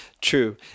True